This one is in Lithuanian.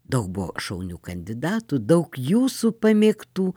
daug buvo šaunių kandidatų daug jūsų pamėgtų